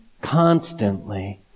constantly